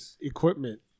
equipment